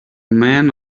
men